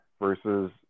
versus